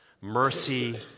mercy